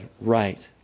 right